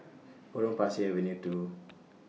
Potong Pasir Avenue two